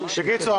בקיצור,